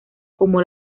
como